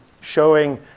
showing